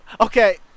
Okay